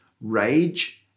rage